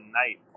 night